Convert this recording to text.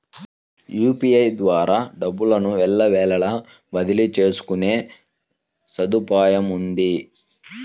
UPI ద్వారా డబ్బును ఎల్లవేళలా బదిలీ చేసుకునే సదుపాయముంది